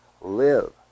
live